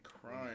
crying